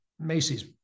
macy's